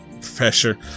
professor